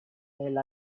elle